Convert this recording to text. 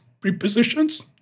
Prepositions